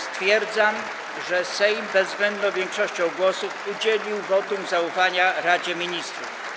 Stwierdzam, że Sejm bezwzględną większością głosów udzielił wotum zaufania Radzie Ministrów.